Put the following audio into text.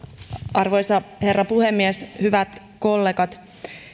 arvoisa herra puhemies hyvät kollegat